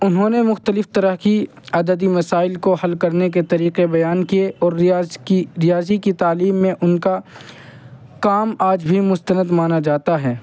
انہوں نے مختلف طرح کی عددی مسائل کو حل کرنے کے طریقے بیان کیے اور ریاض کی ریاضی کی تعلیم میں ان کا کام آج بھی مستند مانا جاتا ہے